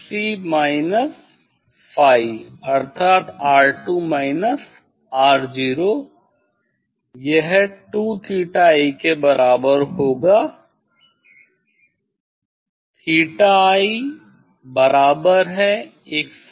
अर्थात यह two theta I के बराबर होगा